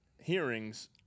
hearings